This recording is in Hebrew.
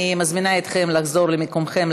אני מזמינה אתכם לחזור למקומכם,